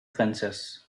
fences